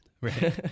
Right